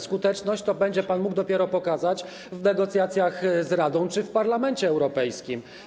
Skuteczność to będzie pan mógł dopiero pokazać w negocjacjach z Radą czy w Parlamencie Europejskim.